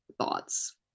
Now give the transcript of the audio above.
thoughts